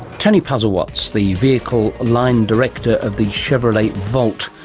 tony posawatz, the vehicle line director of the chevrolet volt,